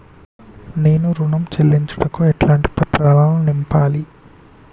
నేను ఋణం చెల్లించుటకు ఎలాంటి పత్రాలను నింపాలి?